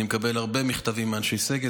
אני מקבל הרבה מכתבים מאנשי סגל.